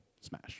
smash